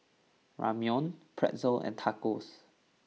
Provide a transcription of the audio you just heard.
Ramyeon Pretzel and Tacos